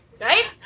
right